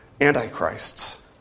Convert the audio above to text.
antichrists